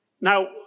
Now